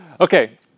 Okay